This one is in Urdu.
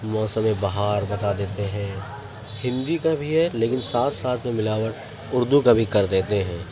موسم بہار بتا دیتے ہیں ہندی کا بھی ہے لیکن ساتھ ساتھ میں ملاوٹ اردو کا بھی کر دیتے ہیں